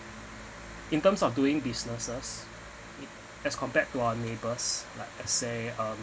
in terms of doing businesses as compared to our neighbours like let's say um